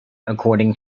according